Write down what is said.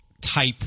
type